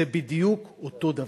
זה בדיוק אותו דבר.